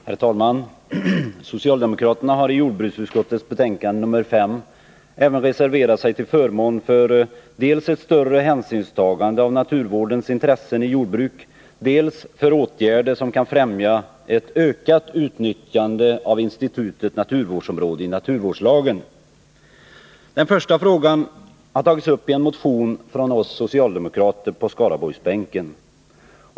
Herr talman! Socialdemokraterna har i jordbruksutskottets betänkande nr 5 även reserverat sig till förmån för dels ett större hänsynstagande till naturvårdens intressen i jordbruk, dels åtgärder som kan främja ett ökat utnyttjande av institutet naturvårdsområde i naturvårdslagen. Den första frågan har tagits upp i en motion från oss socialdemokrater på Skaraborgsbänken.